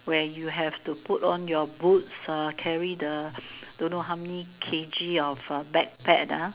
where you have to put on your boots ah carry the don't know how many K_G of the back panda